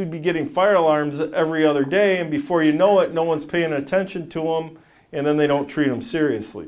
we'd be getting fire alarms every other day and before you know it no one's paying attention to him and then they don't treat him seriously